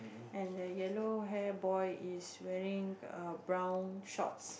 and the yellow hair boy is wearing a brown shorts